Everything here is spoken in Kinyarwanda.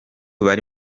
bari